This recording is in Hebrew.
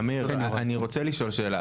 אמיר, אני רוצה לשאול שאלה.